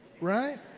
Right